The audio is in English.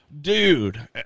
Dude